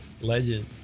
legend